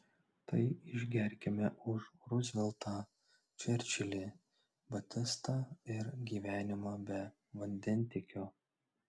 tai išgerkime už ruzveltą čerčilį batistą ir gyvenimą be vandentiekio